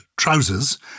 trousers